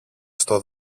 στο